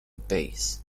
base